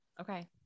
Okay